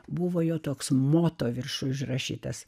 buvo jo toks moto virš užrašytas